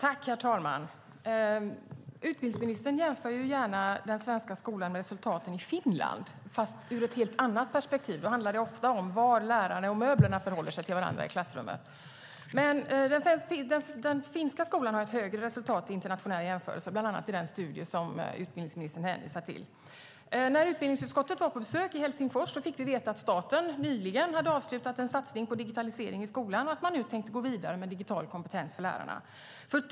Herr talman! Utbildningsministern jämför gärna den svenska skolans resultat med resultaten i Finland, fast ur ett helt annat perspektiv. Då handlar det ofta om hur lärarna och möblerna förhåller sig till varandra i klassrummen. Den finska skolan har ju ett bättre resultat i internationella jämförelser, bland annat i den studie som utbildningsministern hänvisade till. När utbildningsutskottet var på besök i Helsingfors fick vi veta att staten nyligen hade avslutat en satsning på digitalisering i skolan och att man nu tänkte gå vidare med digital kompetens hos lärarna.